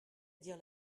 dire